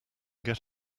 get